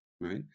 right